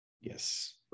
yes